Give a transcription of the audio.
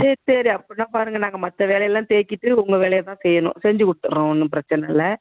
சேரி சரி அப்படினா பாருங்கள் நாங்கள் மற்ற வேலையெல்லாம் தேச்சிட்டு உங்கள் வேலையை தான் செய்யணும் செஞ்சு கொடுத்துறோம் ஒன்றும் பிரச்சனை இல்லை